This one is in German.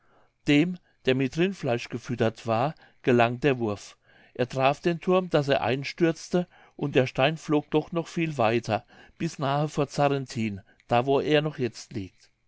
dem der mit rindfleisch gefüttert war gelang der wurf er traf den thurm daß er einstürzte und der stein flog doch noch viel weiter bis nahe vor zarrentin da wo er noch jetzt liegt